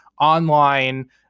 online